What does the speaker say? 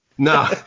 No